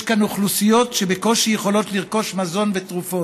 יש כאן אוכלוסיות שבקושי יכולות לרכוש מזון ותרופות.